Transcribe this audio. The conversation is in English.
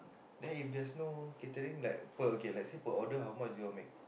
then if there's no catering like per okay let's say per order how much you all make